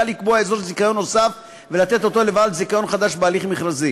לקבוע אזור זיכיון נוסף ולתת אותו לבעל זיכיון חדש בהליך מכרזי.